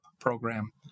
program